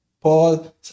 Paul